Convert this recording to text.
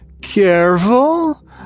careful